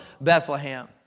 Bethlehem